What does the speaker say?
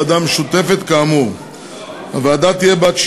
קובע חובת דיווח שנתית לוועדה משותפת של ועדת החוקה,